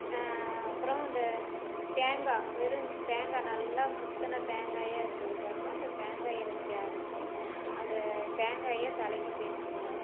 அப்பறம் இந்த தேங்காய் வெறும் தேங்காய் நல்லா முற்றின தேங்காயாக இருக்குது பாருங்க அந்த தேங்காயை வச்சி அரைச்சி அந்த தேங்காயை தலைக்கு தேய்ச்சிக்குவோம்